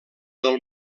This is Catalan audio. del